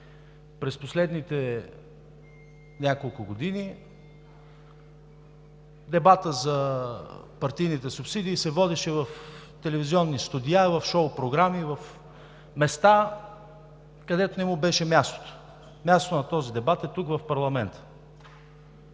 През последните няколко години дебатът за партийните субсидии се водеше в телевизионни студия, в шоу програми, на места, където не му беше мястото. Мястото на този дебат е тук, в парламента.